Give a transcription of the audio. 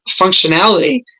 functionality